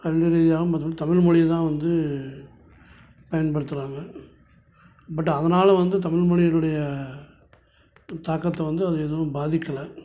அது மாரி மதம் தமிழ் மொழிய தான் வந்து பயன்படுத்துகிறாங்க பட்டு அதனால் வந்து தமிழ் மொழினுடைய தாக்கத்தை வந்து அது எதுவும் பாதிக்கலை